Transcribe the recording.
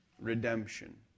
Redemption